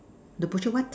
the butcher what